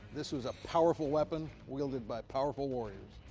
this was a powerful weapon wielded by powerful warriors.